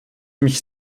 mich